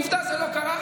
עובדה, זה לא קרה.